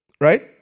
right